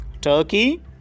Turkey